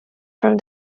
from